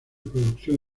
producción